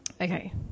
Okay